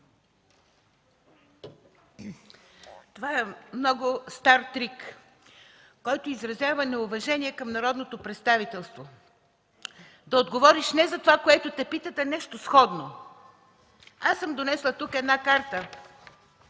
Това е много стар трик, който изразява неуважение към народното представителство – да отговориш не за това, което те питат, а нещо сходно. Донесла съм тук една карта,